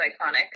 iconic